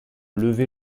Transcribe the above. lever